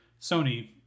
Sony